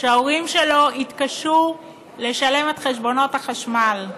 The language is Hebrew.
וההורים שלו התקשו לשלם את חשבונות החשמל,